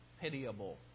pitiable